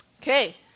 Okay